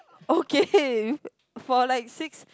okay for like six